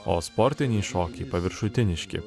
o sportiniai šokiai paviršutiniški